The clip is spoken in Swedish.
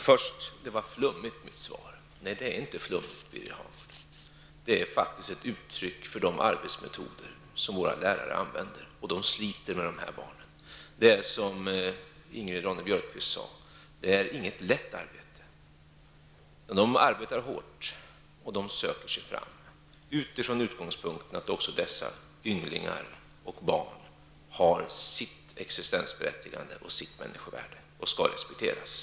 Först säger han att min svar var flummigt. Nej, det var inte flummigt, Birger Hagård. Det är faktiskt ett uttryck för de arbetsmetoder som våra lärare använder, och de sliter med de här barnen. Det är, som Ingrid Ronne-Björkqvist sade, inget lätt arbete, utan de arbetar hårt och söker sig fram utifrån utgångspunkten att också dessa ynglingar och barn har sitt existensberättigande och människovärde och skall respekteras.